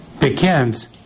begins